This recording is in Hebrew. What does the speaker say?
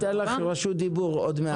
תודה על הדיון הזה.